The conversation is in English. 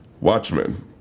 Watchmen